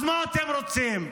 אז מה אתם רוצים?